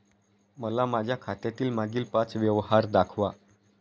मला माझ्या खात्यातील मागील पांच व्यवहार दाखवा